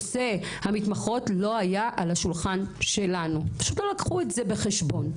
נושא המתמחות לא היה על השולחן שלנו פשוט לא לקחו את זה בחשבון.